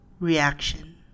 Reaction